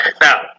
Now